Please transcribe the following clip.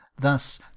thus